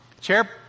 chair